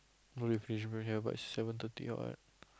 here by seven thirty or what